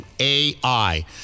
AI